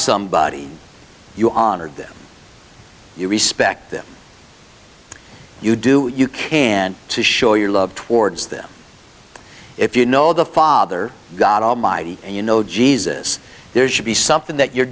somebody you honor them you respect them you do you kin to show your love towards them if you know the father god almighty you know jesus there should be something that you're